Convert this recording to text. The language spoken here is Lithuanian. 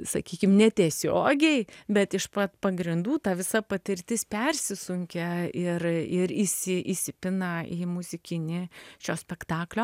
sakykim netiesiogiai bet iš pat pagrindų ta visa patirtis persisunkia ir ir įsi įsipina į muzikinį šio spektaklio